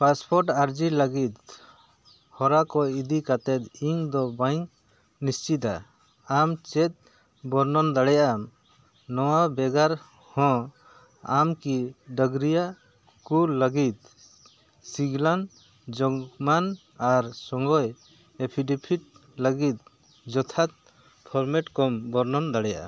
passport ᱟᱨᱡᱤ ᱞᱟᱹᱜᱤᱫ ᱦᱚᱨᱟ ᱠᱚ ᱤᱫᱤ ᱠᱟᱛᱮᱫ ᱤᱧ ᱫᱚ ᱵᱟᱹᱧ ᱱᱤᱥᱪᱤᱛᱟ ᱟᱢ ᱪᱮᱫ ᱵᱚᱨᱱᱚᱱ ᱫᱟᱲᱮᱭᱟᱜ ᱟᱢ ᱱᱚᱣᱟ ᱵᱮᱜᱟᱨ ᱦᱚᱸ ᱟᱢ ᱠᱤ ᱰᱟᱝᱨᱤᱭᱟᱜ ᱠᱚ ᱞᱟᱹᱜᱤᱫ ᱥᱤᱜᱽᱱᱟᱞ ᱡᱚᱠᱢᱟᱱ ᱟᱨ ᱥᱚᱜᱚᱭ ᱮᱯᱷᱤᱴᱰᱮᱯᱷᱤᱴ ᱞᱟᱹᱜᱤᱫ ᱡᱚᱛᱷᱟᱛ ᱯᱷᱚᱨᱢᱮᱴ ᱠᱚᱢ ᱵᱚᱨᱱᱚᱱ ᱫᱟᱲᱮᱭᱟᱜᱼᱟ